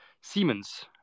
Siemens